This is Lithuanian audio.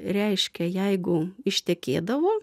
reiškia jeigu ištekėdavo